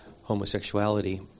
homosexuality